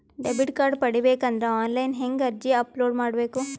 Debit card ಪಡಿಬೇಕು ಅಂದ್ರ online ಹೆಂಗ್ ಅರ್ಜಿ ಅಪಲೊಡ ಮಾಡಬೇಕು?